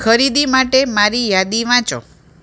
ખરીદી માટે મારી યાદી વાંચો